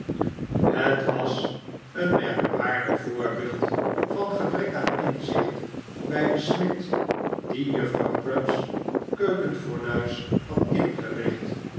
het was een merkwaardig voorbeeld van gebrek aan inzicht bij den smid die juffrouw crupp's keukenfornuis had ingericht